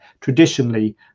traditionally